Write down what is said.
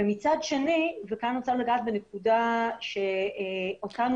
ומצד שני וכאן אני רוצה לנגוע בנקודה שמטרידה אותנו